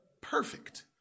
Perfect